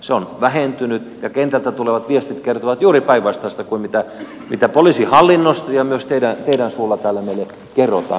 se on huonontunut ja kentältä tulevat viestit kertovat juuri päinvastaista kuin mitä poliisihallinnosta ja myös teidän suullanne täällä meille kerrotaan